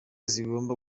zigomba